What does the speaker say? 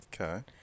okay